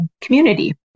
community